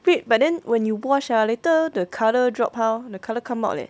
red but then when you wash ha later the colour drop how the colour come out leh